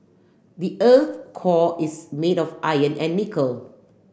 the earth core is made of iron and nickel